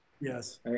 Yes